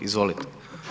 Izvolite.